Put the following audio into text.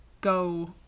go